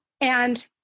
And-